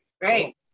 Great